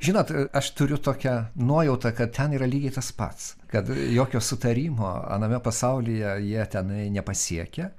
žinot aš turiu tokią nuojautą kad ten yra lygiai tas pats kad jokio sutarimo aname pasaulyje jie tenai nepasiekia